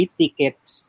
tickets